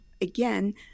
again